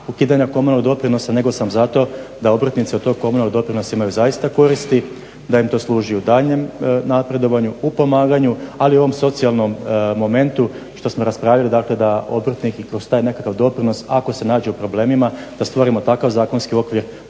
ukidanja komornog doprinosa nego sam za to da obrtnici od tog komornog doprinosa imaju zaista koristi, da im to služi u daljnjem napredovanju u pomaganju ali i u ovom socijalnom momentu što smo raspravljali dakle da obrtnik i kroz taj nekakav doprinos ako se nađe u problemima da stvorimo takav zakonski okvir